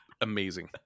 amazing